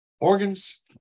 organs